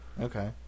okay